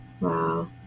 Wow